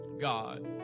God